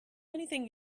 anything